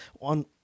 on